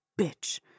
bitch